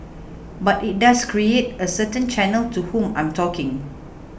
but it does create a certain channel to whom I'm talking